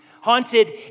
haunted